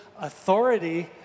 authority